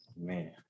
man